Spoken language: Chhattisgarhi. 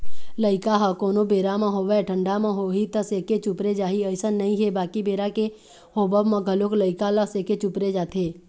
लइका ह कोनो बेरा म होवय ठंडा म होही त सेके चुपरे जाही अइसन नइ हे बाकी बेरा के होवब म घलोक लइका ल सेके चुपरे जाथे